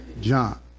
John